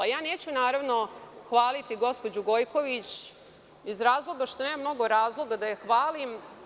Neću hvaliti gospođu Gojković iz razloga što nemam mnogo razloga da je hvalim.